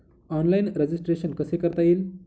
Online registration कसे करता येईल?